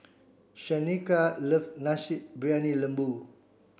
Shaneka love Nasi Briyani Lembu